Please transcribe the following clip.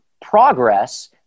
progress